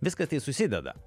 viskas tai susideda